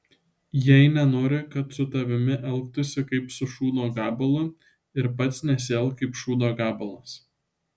jei nenori kad su tavimi elgtųsi kaip su šūdo gabalu ir pats nesielk kaip šūdo gabalas